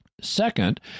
Second